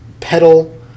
pedal